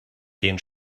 den